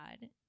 god